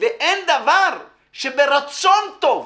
ואין דבר שברצון טוב,